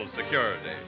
security